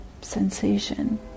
sensation